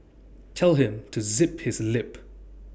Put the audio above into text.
tell him to zip his lip